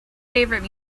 favorite